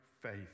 faith